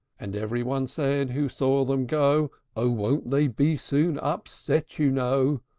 and every one said who saw them go, oh! won't they be soon upset, you know?